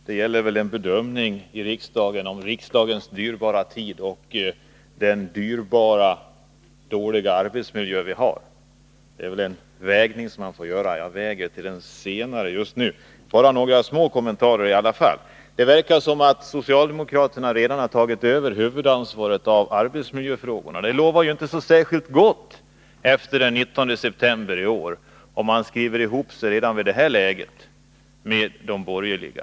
Herr talman! Stig Alftin talade om riksdagens dyrbara tid. Det är också dyrbart att ha människor i dålig arbetsmiljö. Vi får väl göra en avvägning här, och som jag ser det måste den bli till fördel för den senare frågan just nu. Jag skall trots det inskränka mig till några korta kommentarer. Det verkar som om socialdemokraterna redan har tagit över huvudansvaret för arbetsmiljöfrågorna. Det lovar inte särskilt gott för framtiden efter den 19 september i år, eftersom de redan i det här läget har skrivit ihop sig med de borgerliga.